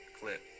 clip